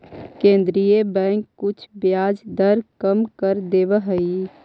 केन्द्रीय बैंक कुछ ब्याज दर कम कर देवऽ हइ